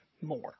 more